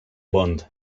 bond